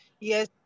Yes